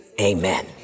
amen